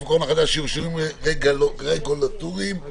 הקורונה החדש) (אישורים רגולטוריים) (תיקון),